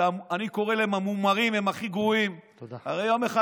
שאני קורא להם המומרים, הם הכי גרועים, תודה.